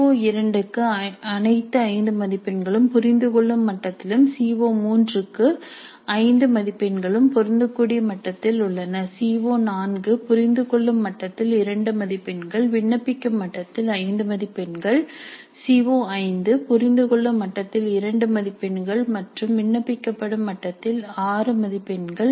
C ஓ2 க்கு அனைத்து 5 மதிப்பெண்களும் புரிந்துகொள்ளும் மட்டத்திலும் சி ஓ3 க்கு 5 மதிப்பெண்களும் பொருந்தக்கூடிய மட்டத்தில் உள்ளன சி ஓ4 புரிந்துகொள்ளும் மட்டத்தில் 2 மதிப்பெண்கள் விண்ணப்பிக்கும் மட்டத்தில் 5 மதிப்பெண்கள் சி ஓ5 புரிந்துகொள்ளும் மட்டத்தில் 2 மதிப்பெண்கள் மற்றும் விண்ணப்பிக்கும் மட்டத்தில் 6 மதிப்பெண்கள்